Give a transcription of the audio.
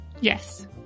Yes